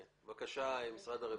בבקשה, משרד הרווחה.